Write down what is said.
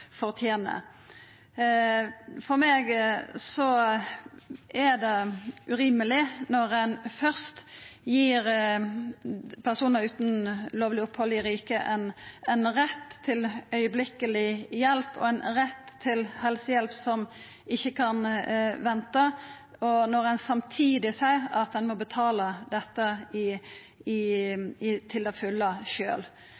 fortener. For meg er det urimeleg når ein først gir personar utan lovleg opphald i riket ein rett til akutt hjelp og ein rett til helsehjelp som ikkje kan venta, at ein samtidig seier at ein må betala dette